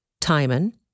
Timon